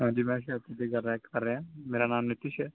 ਹਾਂਜੀ ਮੈਂ ਮੇਰਾ ਨਾਮ ਨਿਤੀਸ਼ ਹੈ